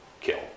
kill